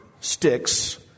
sticks